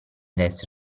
destra